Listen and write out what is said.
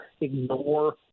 ignore